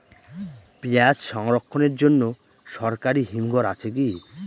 পিয়াজ সংরক্ষণের জন্য সরকারি হিমঘর আছে কি?